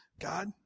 God